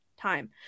time